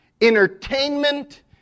entertainment